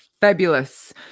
fabulous